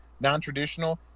non-traditional